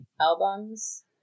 albums